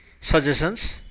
suggestions